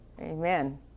Amen